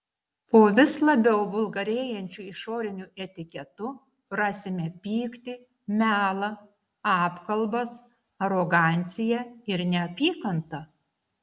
po vis labiau vulgarėjančiu išoriniu etiketu rasime pyktį melą apkalbas aroganciją ir neapykantą